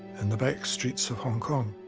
in the back streets of hong kong